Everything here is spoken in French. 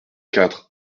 quatre